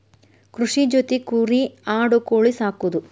ಕೃಷಿ ಜೊತಿ ಕುರಿ ಆಡು ಕೋಳಿ ಸಾಕುದು